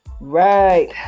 Right